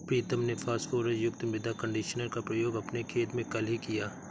प्रीतम ने फास्फोरस युक्त मृदा कंडीशनर का प्रयोग अपने खेत में कल ही किया